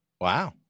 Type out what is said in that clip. Wow